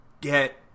get